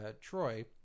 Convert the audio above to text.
Troy